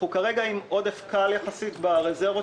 כרגע אנחנו עם עודף קל יחסית ברזרבות,